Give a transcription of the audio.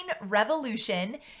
Revolution